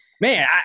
man